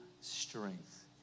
strength